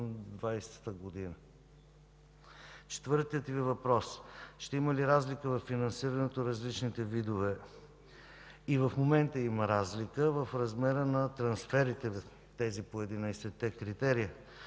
2020 г. Четвъртият Ви въпрос – ще има ли разлика във финансирането на различните видове? И в момента има разлика в размера на трансферите, тези по 11-те критерия,